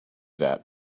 that